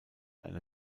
eine